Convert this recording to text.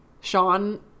Sean